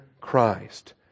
Christ